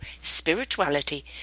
spirituality